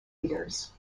leaders